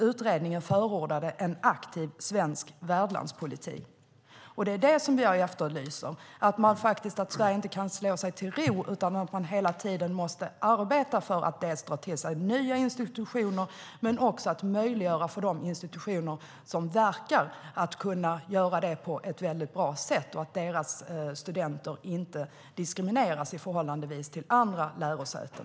Utredningen förordade en aktiv svensk värdlandspolitik, och det är det som jag efterlyser. Sverige kan inte slå sig till ro, utan måste hela tiden arbeta för att dels dra till sig nya institutioner, dels möjliggöra för de institutioner som verkar att göra det på ett väldigt bra sätt. Deras studenter får inte diskrimineras i förhållande till andra lärosäten.